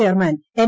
chairman N